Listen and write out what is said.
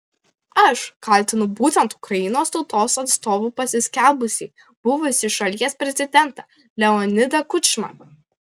aš kaltinu būtent ukrainos tautos atstovu pasiskelbusį buvusį šalies prezidentą leonidą kučmą